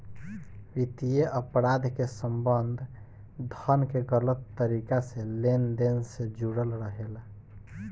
वित्तीय अपराध के संबंध धन के गलत तरीका से लेन देन से जुड़ल रहेला